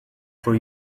for